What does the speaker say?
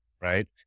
right